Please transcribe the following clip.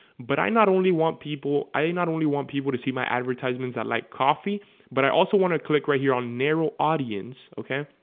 but i not only want people i not only want people to see my advertisements that like coffee but i also want to click right here on narrow audience, okay,